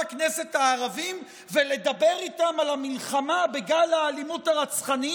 הכנסת הערבים ולדבר איתם על המלחמה בגל האלימות הרצחני,